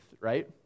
right